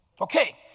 Okay